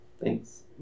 Thanks